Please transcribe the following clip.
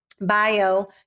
bio